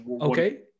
Okay